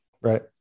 right